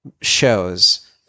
shows